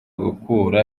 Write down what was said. gukura